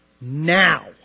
now